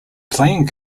playing